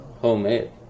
homemade